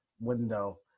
window